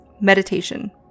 Meditation